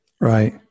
Right